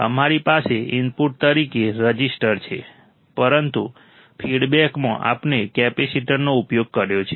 અમારી પાસે ઇનપુટ તરીકે રઝિસ્ટર છે પરંતુ ફીડબેકમાં આપણે કેપેસિટરનો ઉપયોગ કર્યો છે